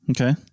Okay